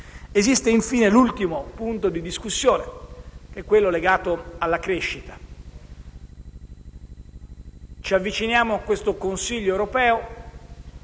Esiste infine un ultimo punto di discussione, quello legato alla crescita. Ci avviciniamo al prossimo Consiglio europeo